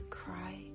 cry